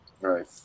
Right